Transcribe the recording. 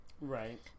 Right